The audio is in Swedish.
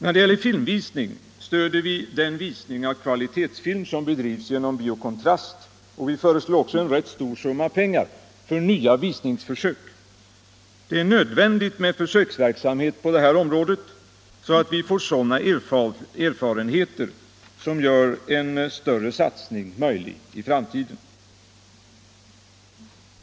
När det gäller filmvisning stöder vi den visning av kvalitetsfilm som bedrivs genom Bio Kontrast, och vi föreslår också en rätt stor summa pengar för nya visningsförsök. Det är nödvändigt med försöksverksamhet på det här området, så att vi får sådana erfarenheter som gör en större satsning möjlig i framtiden.